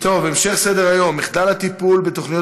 המשך סדר-היום: מחדל הטיפול בתוכניות